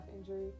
injury